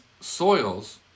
soils